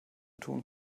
tun